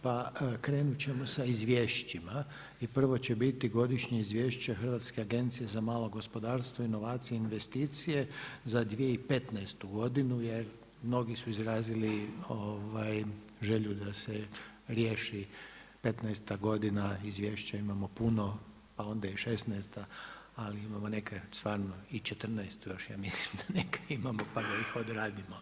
Pa krenut ćemo sa izvješćima i prvo će biti godišnje izvješće Hrvatske agencije za malo gospodarstvo inovacije investicije za 2015. godinu, jer mnogi su izrazili želju da se riješi, 15'-ta godina, izvješća imamo puno, pa onda i 16'-ta ali imamo stvarno i 14'-tu ja mislim da neke imamo, pa da ih odradimo.